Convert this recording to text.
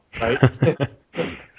right